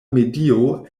medio